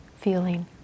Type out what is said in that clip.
feeling